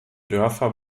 dörfer